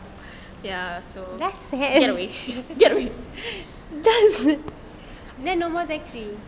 that's sad that's then no more zachery